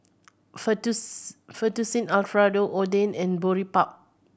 Fettuccine Alfredo Oden and Boribap